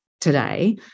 today